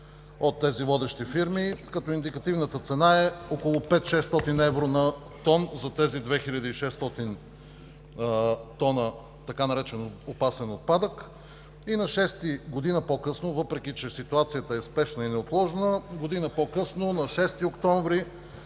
от тези водещи фирми, като индикативната цена е около 500-600 евро на тон за тези 2600 тона, така наречен „опасен отпадък“. И въпреки че ситуацията е спешна и неотложна, година по-късно, на 6 октомври